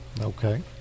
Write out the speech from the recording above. Okay